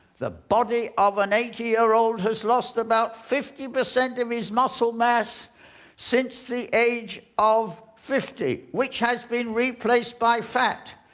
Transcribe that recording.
the body of an eighty year old has lost about fifty percent of his muscle mass since the age of fifty, which has been replaced by fat.